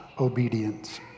obedience